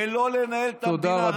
ולא לנהל את המדינה,